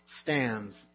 stands